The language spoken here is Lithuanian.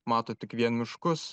mato tik vien miškus